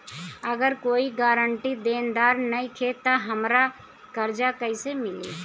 अगर कोई गारंटी देनदार नईखे त हमरा कर्जा कैसे मिली?